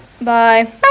Bye